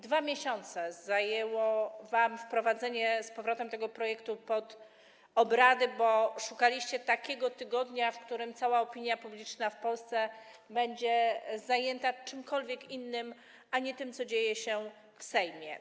Dwa miesiące zajęło wam wprowadzenie z powrotem tego projektu pod obrady, bo szukaliście takiego tygodnia, w którym cała opinia publiczna w Polsce będzie zajęta czymkolwiek innym, a nie tym, co dzieje się w Sejmie.